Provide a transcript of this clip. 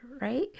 right